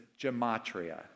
gematria